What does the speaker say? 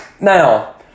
now